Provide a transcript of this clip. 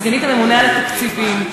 סגנית הממונה על התקציבים.